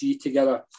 together